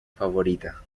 favorita